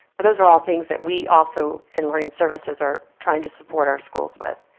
but those are all things that we also, in learning services, are trying to support our schools with.